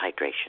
hydration